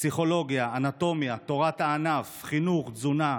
פסיכולוגיה, אנטומיה, תורת הענף, חינוך, תזונה,